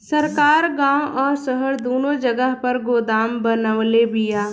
सरकार गांव आ शहर दूनो जगह पर गोदाम बनवले बिया